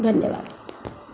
धन्यवाद